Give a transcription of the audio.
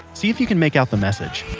see if you can make out the message.